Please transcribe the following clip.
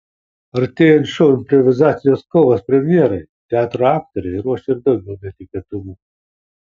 artėjant šou improvizacijos kovos premjerai teatro aktoriai ruošia ir daugiau netikėtumų